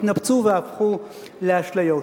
התנפצו והפכו לאשליות.